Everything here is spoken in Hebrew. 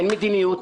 אין מדיניות,